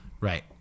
Right